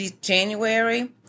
January